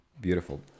beautiful